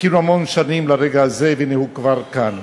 חיכינו המון שנים לרגע הזה והנה הוא כבר כאן.